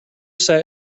sat